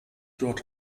dort